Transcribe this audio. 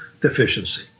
deficiency